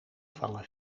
vangen